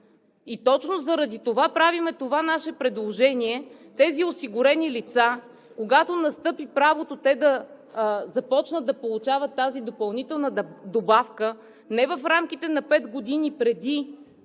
Точно заради това правим нашето предложение – осигурените лица, когато настъпи правото да започнат да получават тази допълнителна добавка, не в рамките на пет години преди